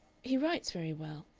he writes very well,